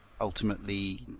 ultimately